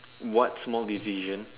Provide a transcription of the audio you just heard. what small decision